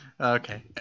Okay